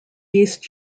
beast